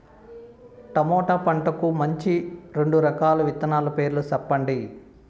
tomato పంటకు మంచి రెండు రకాల విత్తనాల పేర్లు సెప్పండి